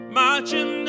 marching